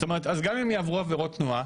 אז גם אם יעברו עבירות תנועה,